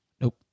Nope